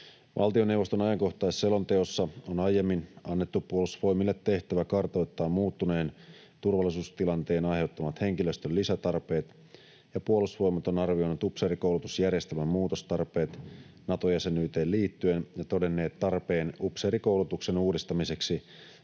Valtioneuvoston ajankohtaisselonteossa on aiemmin annettu Puolustusvoimille tehtävä kartoittaa muuttuneen turvallisuustilanteen aiheuttamat henkilöstön lisätarpeet, ja Puolustusvoimat on arvioinut upseerikoulutusjärjestelmän muutostarpeet Nato-jäsenyyteen liittyen ja todennut tarpeen upseerikoulutuksen uudistamiseksi